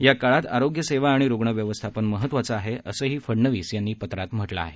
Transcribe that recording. या काळात आरोग्य सेवा आणि रूग्ण व्यवस्थापन महत्त्वाचं आहे असं फडनवीस यांनी या पत्रात म्हटलं आहे